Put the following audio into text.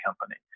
Company